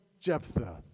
Jephthah